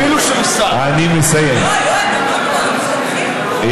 השר כבר מסיים, תודה.